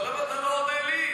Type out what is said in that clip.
אבל למה אתה לא עונה לי?